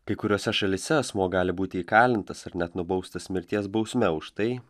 kai kuriose šalyse asmuo gali būti įkalintas ar net nubaustas mirties bausme už tai